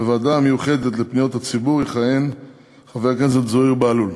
בוועדה המיוחדת לפניות הציבור יכהן חבר הכנסת זוהיר בהלול.